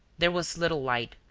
there was little light,